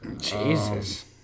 Jesus